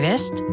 West